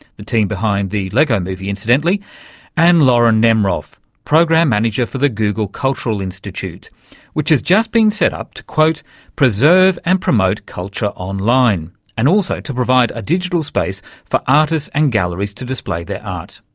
the team behind the lego movie incidentally and lauren nemroff, program manager for the google cultural institute which has just been set up to preserve and promote culture online and also to provide a digital space for artists and galleries to display their art.